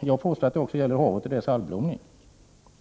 Jag påstår att detsamma gäller havet och dess algblomning.